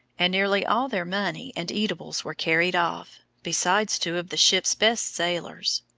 and nearly all their money and eatables were carried off besides two of the ship's best sailors.